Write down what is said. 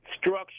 structure